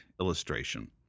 illustration